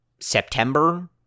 September